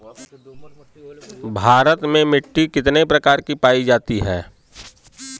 भारत में मिट्टी कितने प्रकार की पाई जाती हैं?